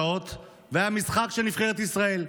שעות, והיה משחק של נבחרת ישראל.